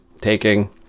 taking